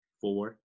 four